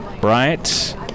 Bryant